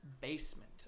Basement